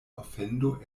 ofendo